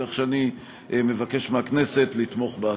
כך שאני מבקש מהכנסת לתמוך בהצעה.